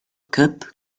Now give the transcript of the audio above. cup